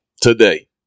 Today